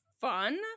fun